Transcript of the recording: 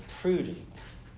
prudence